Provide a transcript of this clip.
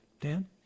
Dan